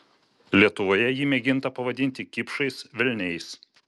lietuvoje jį mėginta pavadinti kipšais velniais